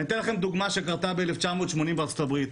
אני אתן לכם דוגמה שקרתה ב-1980 בארצות הברית.